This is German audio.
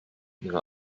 ihre